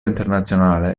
internazionale